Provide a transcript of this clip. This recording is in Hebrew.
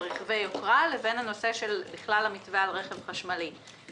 רכבי יוקרה ובין נושא המתווה על רכב חשמלי.